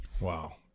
Wow